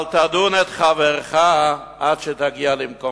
אל תדון את חברך עד שתגיע למקומו.